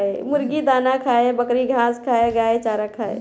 मुर्गी दाना खाले, बकरी घास खाले आ गाय चारा खाले